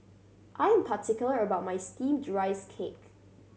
I am particular about my Steamed Rice Cake